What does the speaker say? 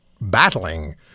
battling